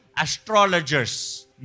astrologers